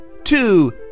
two